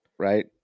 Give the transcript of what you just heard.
right